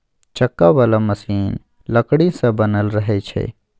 चक्का बला मशीन लकड़ी सँ बनल रहइ छै